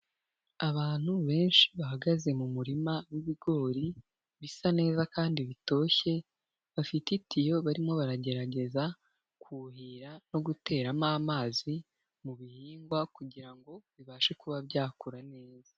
Abantu benshi bahagaze mu murima w'ibigori bisa neza kandi bitoshye, bafite itiyo barimo baragerageza kuhirira no guteramo amazi mu bihingwa kugira ngo bibashe kuba byakura neza.